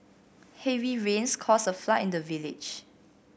heavy rains caused a flood in the village